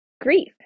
grief